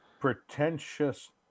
pretentious